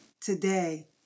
today